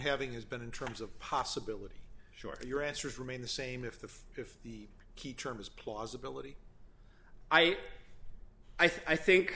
having has been interims of possibility short of your answers remain the same if the if the key term is plausibility i i think